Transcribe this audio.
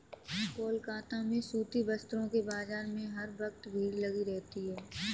कोलकाता में सूती वस्त्रों के बाजार में हर वक्त भीड़ लगी रहती है